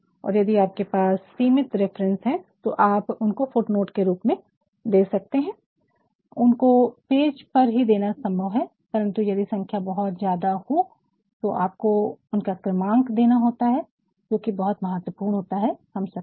और यदि आपके पास सीमित रिफरेन्स हो तो आप उनको फुटनोट के रूप में दे सकते है उनको पेज पर ही देना संभव है परन्तु यदि संख्या बहुत ज्यादा हो तो आपको उनका क्रमांक देना होता है जो कि बहुत महत्वपूर्ण होता है हम सबके लिए